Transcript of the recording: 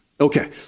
Okay